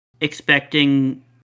expecting